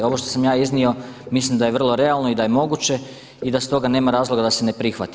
Ovo što sam ja iznio mislim da je vrlo realno i da je moguće i da stoga nema razloga da se ne prihvati.